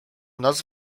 nas